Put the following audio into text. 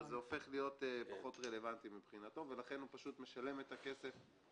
זה הופך להיות פחות רלוונטי מבחינתו ולכן הוא פשוט משלם את הכסף